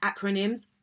acronyms